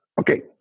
Okay